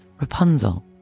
Rapunzel